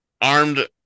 armed